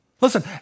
Listen